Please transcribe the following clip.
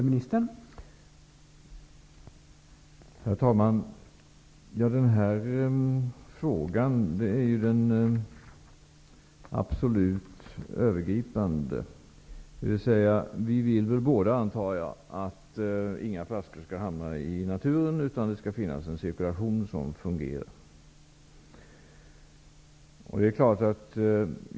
Herr talman! Detta är den absolut övergripande frågan. Ingen av oss vill väl att flaskor skall hamna i naturen. Det skall finnas en fungerande cirkulation.